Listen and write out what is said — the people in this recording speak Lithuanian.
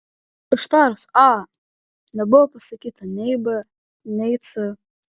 ištarus a nebuvo pasakyta nei b nei c